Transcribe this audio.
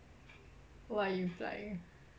what are you implying